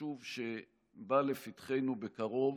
חשוב שבא לפתחנו בקרוב,